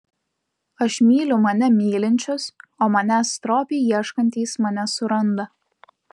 aš myliu mane mylinčius o manęs stropiai ieškantys mane suranda